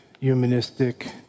humanistic